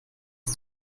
das